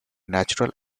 natural